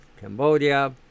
Cambodia